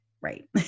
Right